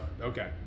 Okay